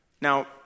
Now